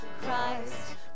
Christ